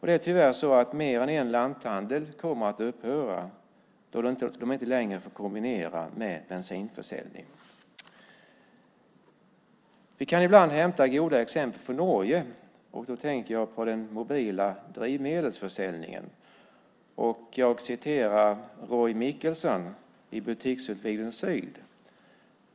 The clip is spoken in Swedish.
Det är tyvärr så att mer än en lanthandel kommer att upphöra då de inte längre får kombinera verksamheten med bensinförsäljning. Vi kan ibland hämta goda exempel från Norge. Jag tänker på den mobila drivmedelsförsäljningen. Jag ska citera Roy Michaelsen i Butikkutvikling Syd.